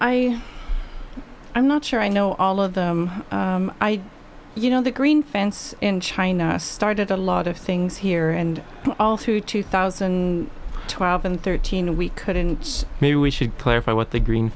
i i'm not sure i know all of them i you know the green fence in china started a lot of things here and all through two thousand and twelve and thirteen we could and maybe we should clarify what the green